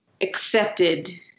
accepted